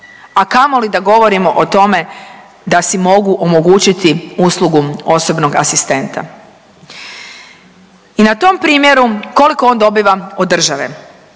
a kamoli da govorimo o tome da si mogu omogućiti uslugu osobnog asistenta. I na tom primjeru, koliko on dobiva od države?